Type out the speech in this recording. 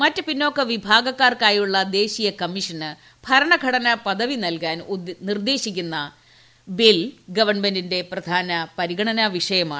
മറ്റ് പിന്നോക്ക വിഭാഗക്കാർക്കായുള്ള ദേശീയ കമ്മിഷന് ഭരണഘടനാ പദവി നൽകാൻ നിർദ്ദേശിക്കുന്ന ബിൽ ഗവൺമെന്റിന്റെ പ്രധാന പരിഗണന വിഷയമാണ്